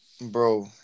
Bro